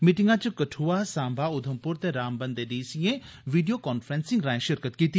मीटिंगै च कठ्आ सांबा उधमपुर ते रामबन दे डीसीएं वीडियो कांफ्रैंसिंग राएं षिरकत कीती